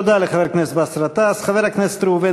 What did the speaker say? תודה לחבר הכנסת באסל גטאס.